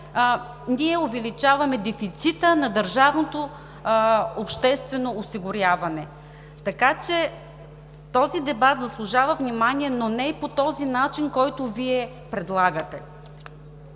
увеличаваме дефицита на държавното обществено осигуряване. Така че този дебат заслужава внимание, но не и по този начин, който Вие предлагате.